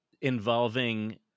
involving